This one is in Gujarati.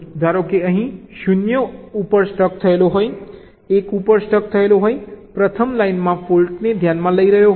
ધારો કે અહીં હું 0 ઉપર સ્ટક થયેલો હોય 1 ઉપર સ્ટક થયેલો હોય પ્રથમ લાઇનમાં ફોલ્ટને ધ્યાનમાં લઈ રહ્યો છું